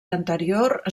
anterior